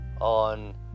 on